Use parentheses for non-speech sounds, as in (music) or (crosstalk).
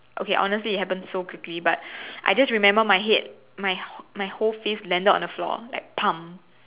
okay honestly it happened so quickly but I just remember my head my my whole face landed on the floor like (noise)